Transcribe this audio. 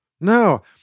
No